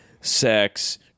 sex